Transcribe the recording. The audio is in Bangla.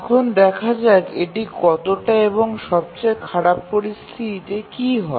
এখন দেখা যাক এটি কতটা এবং সবচেয়ে খারাপ পরিস্থিতিতে কি হয়